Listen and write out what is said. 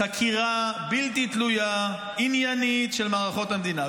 -- חקירה בלתי תלויה, עניינית של מערכות המדינה.